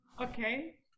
Okay